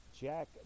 Jack